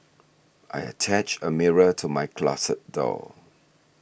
I attached a mirror to my closet door